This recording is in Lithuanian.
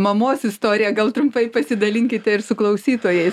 mamos istoriją gal trumpai pasidalinkite ir su klausytojais